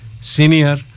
Senior